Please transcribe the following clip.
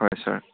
হয় ছাৰ